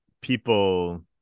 people